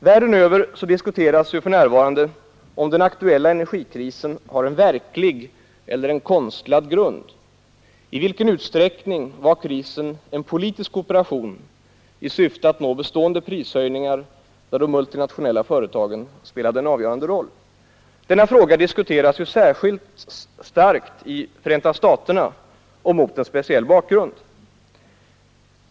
Världen över diskuteras för närvarande om den aktuella oljekrisen har en verklig eller en konstlad grund. I vilken utsträckning var krisen en politisk operation i syfte att nå bestående prishöjningar, där de multinationella företagen spelade den avgörande rollen? Denna fråga diskuterades särskilt livligt i USA mot en speciell bakgrund.